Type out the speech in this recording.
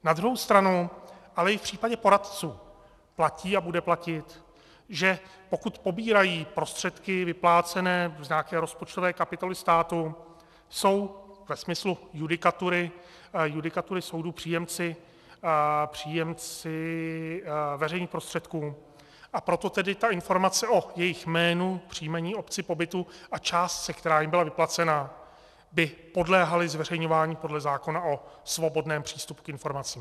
Na druhou stranu ale i v případě poradců platí a bude platit, že pokud pobírají prostředky vyplácené z nějaké rozpočtové kapitoly státu, jsou ve smyslu judikatury soudu příjemci veřejných prostředků, a proto tedy informace o jejich jménu, příjmení, obci pobytu a částce, která jim byla vyplacena, by podléhaly zveřejňování podle zákona o svobodném přístupu k informacím.